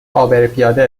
عابرپیاده